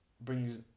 brings